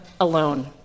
alone